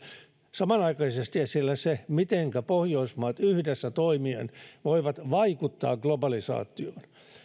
samanaikaisesti esillä se mitenkä pohjoismaat yhdessä toimien voivat vaikuttaa globalisaatioon